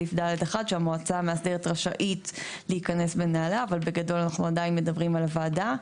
בנעליו, אבל בגדול אנחנו עדיין מדברים על הוועדה.